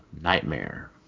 Nightmare